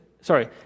sorry